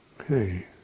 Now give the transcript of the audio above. Okay